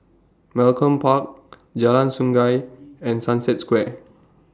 Malcolm Park Jalan Sungei and Sunset Square